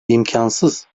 imkansız